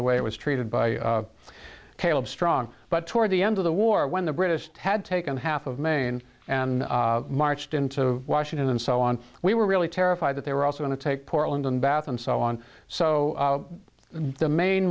the way it was treated by caleb strong but toward the end of the war when the british had taken half of maine and marched into washington and so on we were really terrified that they were also on the take portland and bath and so on so the main